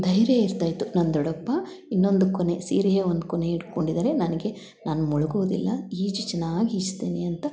ಧೈರ್ಯ ಇರ್ತ ಇತ್ತು ನನ್ನ ದೊಡಪ್ಪ ಇನ್ನೊಂದು ಕೊನೆ ಸೀರೆಯ ಒಂದು ಕೊನೆ ಹಿಡ್ಕೊಂಡಿದ್ದಾರೆ ನನಗೆ ನಾನು ಮುಳುಗೋದಿಲ್ಲ ಈಜು ಚೆನ್ನಾಗಿ ಈಜ್ತೆನೆ ಅಂತ